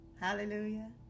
hallelujah